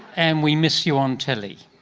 and we miss you on telly.